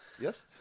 Yes